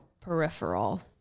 peripheral